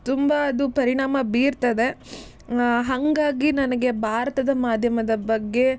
ತುಂಬ ಅದು ಪರಿಣಾಮ ಬೀರ್ತದೆ ಹಾಗಾಗಿ ನನಗೆ ಭಾರತದ ಮಾಧ್ಯಮದ ಬಗ್ಗೆ